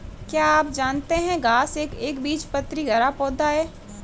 क्या आप जानते है घांस एक एकबीजपत्री हरा पौधा है?